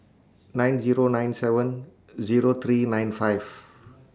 nine Zero nine seven Zero three nine five